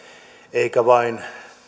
eikä vain